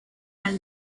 has